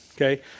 Okay